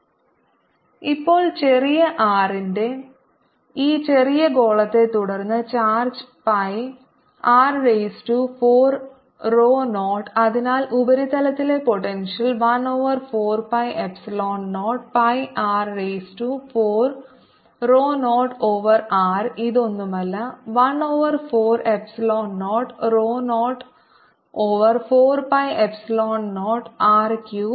r0r qr0r4πr2dr0r4π00rr3drπ0r4 Qπ0r4 ഇപ്പോൾ ചെറിയ r ന്റെ ഈ ചെറിയ ഗോളത്തെത്തുടർന്ന് charge pi r raise to 4 rho 0 അതിനാൽ ഉപരിതലത്തിലെ potential 1 over 4 pi epsilon 0 pi r raise to 4 rho 0 over r ഇത് ഒന്നുമല്ല 1 over 4 epsilon 0 rho 0 over 4 pi epsilon 0 r cube